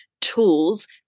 tools